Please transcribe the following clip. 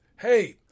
hey